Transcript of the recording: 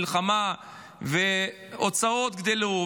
מלחמה וההוצאות גדלו,